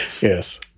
yes